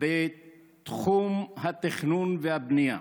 בתחום התכנון והבנייה,